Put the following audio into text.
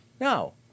No